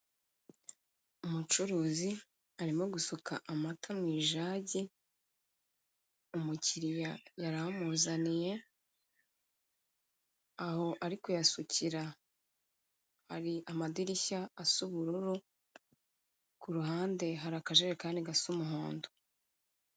Umucuruzi arimo gusuka amata mu ijage umukiliya yari amuzaniye, aho ari kuyasukira hari amadirishya asa ubururu, ku ruhande hari akajerekani gasa umuhondo.